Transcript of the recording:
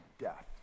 death